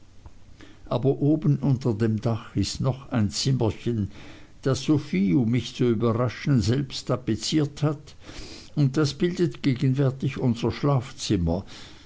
aber oben unter dem dach ist noch ein zimmerchen das sophie um mich zu überraschen selbst tapeziert hat und das bildet gegenwärtig unser schlafzimmer